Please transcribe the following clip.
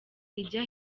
ijya